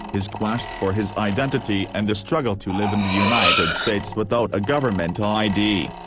his quest for his identity and the struggle to live in the united states without a government id.